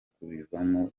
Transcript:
kubivamo